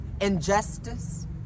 injustice